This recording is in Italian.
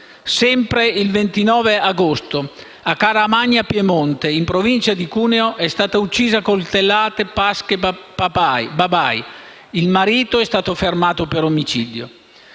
Sempre il 29 agosto a Caramagna Piemonte, in provincia di Cuneo, è stata uccisa a coltellate Pashke Babaj. Il marito è stato fermato per omicidio.